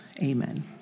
Amen